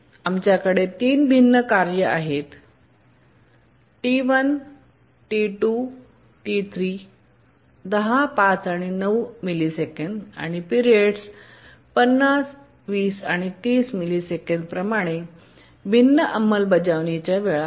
आमच्याकडे तीन भिन्न कार्ये आहेत T1 T2 T3 10 5 9 एमएस आणि पीरियड्स 50 20 30 एमएस प्रमाणे भिन्न अंमलबजावणी वेळा आहेत